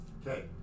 Okay